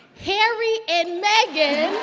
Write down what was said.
harry and meghan.